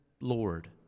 Lord